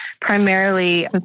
primarily